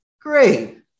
Great